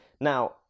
Now